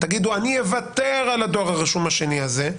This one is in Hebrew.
תגידו: אני אוותר על הדואר הרשום השני הזה,